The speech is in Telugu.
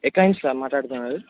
ఎక్కడనుంచి సర్ మాట్లాడుతున్నారు